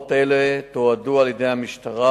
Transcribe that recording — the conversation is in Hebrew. כתובות אלה תועדו על-ידי המשטרה,